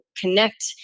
connect